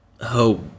hope